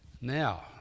now